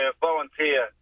volunteer